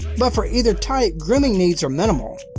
but, for either type, grooming needs are minimal.